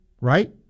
Right